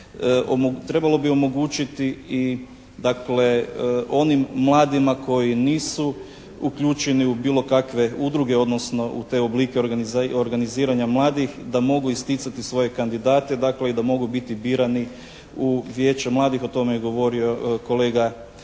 trebalo bi omogućiti i dakle onim mladima koji nisu uključeni u bilo kakve udruge, odnosno u te oblike organiziranja mladih da mogu isticati svoje kandidate, dakle, i da mogu biti birani u Vijeća mladih. O tome je govorio kolega Radoš.